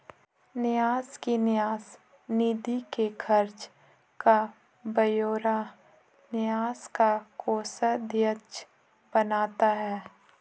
न्यास की न्यास निधि के खर्च का ब्यौरा न्यास का कोषाध्यक्ष बनाता है